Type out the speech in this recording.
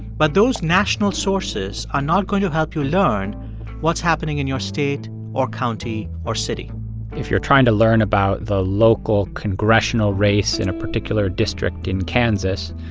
but those national sources are not going to help you learn what's happening in your state or county or city if you're trying to learn about the local congressional race in a particular district in kansas,